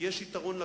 כי יש יתרון לגודל.